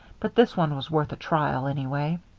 but this one was worth a trial, anyway.